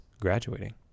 graduating